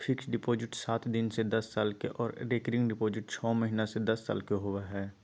fixed deposit सात दिन से दस साल के आर रेकरिंग डिपॉजिट छौ महीना से दस साल के होबय हय